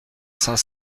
saint